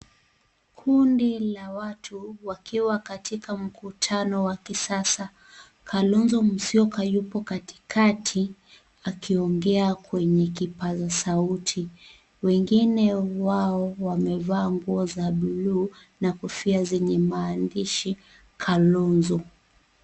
Kundi la watu wakiwa katika mkutano wa kisasa. Kalonzo musyoka yupo katikati akiongea kwenye kipaza sauti. Wengine wao wamevaa nguo za bluu na kofia zenye maandishi 'Kalonzo'.